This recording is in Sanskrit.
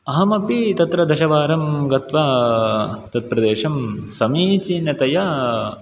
अहमपि तत्र दशवारं गत्वा तत्प्रदेशं समीचीनतया